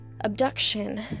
abduction